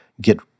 get